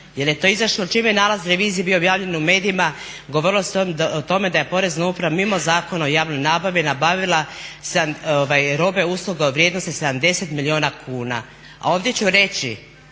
jer je to izašlo čim je nalaz revizije bio objavljen u medijima govorilo se onda o tome da je porezna uprava mimo Zakona o javnoj nabavi nabavila robe usluga u vrijednosti 70 milijuna kuna. A ovdje ću reći